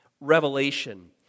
revelation